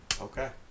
Okay